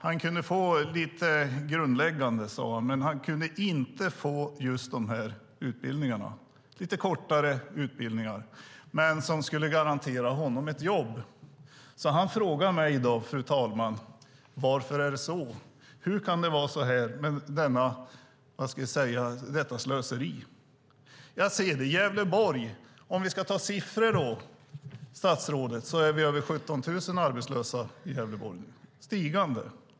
Han kunde få lite grundläggande, sade han. Men han kunde inte få just de här lite kortare utbildningarna, som skulle garantera honom ett jobb. Han frågade mig då, fru talman: Varför är det så? Hur kan det vara så här, med detta slöseri? Jag ser hur det är i Gävleborg. Vi kan nämna siffror, statsrådet. Det är över 17 000 arbetslösa i Gävleborg. Det är stigande.